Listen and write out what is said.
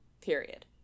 period